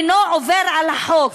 עובר על החוק.